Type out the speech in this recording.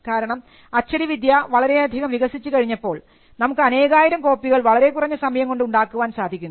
കാരണം അച്ചടിവിദ്യ വളരെയധികം വികസിച്ചു കഴിഞ്ഞപ്പോൾ നമുക്ക് അനേകായിരം കോപ്പികൾ വളരെ കുറഞ്ഞ സമയം കൊണ്ട് ഉണ്ടാക്കുവാൻ സാധിക്കുന്നു